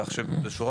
כך שבשורה